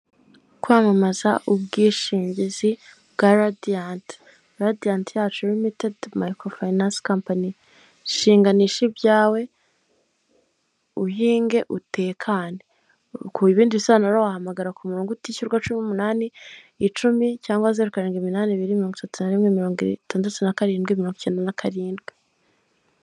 Kwamamaza ubwishingizi bwa radiyanti, radiyanti yacu limitedi mayikoro fayinase kampani, shinganisha ibyawe uhinge utekane, ku bindi bisanoro wahamagara ku murongo utishyurwa cumi n'umunani icumi cyangwa zeru karindwi imanani biri mirongo itatu na rimwe , mirongo itandatu na karindwi, mirongo icyenda na karindwi.